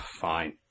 fine